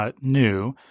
New